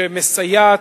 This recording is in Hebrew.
שמסייעת,